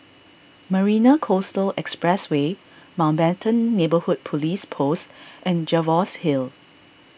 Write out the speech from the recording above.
Marina Coastal Expressway Mountbatten Neighbourhood Police Post and Jervois Hill